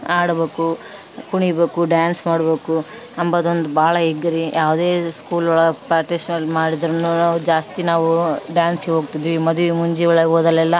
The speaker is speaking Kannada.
ಆಡ್ಬೇಕು ಕುಣಿಬೇಕು ಡ್ಯಾನ್ಸ್ ಮಾಡಬೇಕು ಅಂಬದೊಂದು ಭಾಳ ಎಗ್ರಿ ಯಾವುದೇ ಸ್ಕೂಲ್ ಒಳಗೆ ಪಾರ್ಟಿಸ್ಪೆನ್ ಮಾಡಿದ್ರು ನಾವು ಜಾಸ್ತಿ ನಾವು ಡ್ಯಾನ್ಸಿಗೆ ಹೋಗ್ತಿದ್ವಿ ಮದುವಿ ಮುಂಜಿ ಒಳಗೆ ಹೋದಲ್ಲೆಲ್ಲ